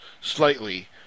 slightly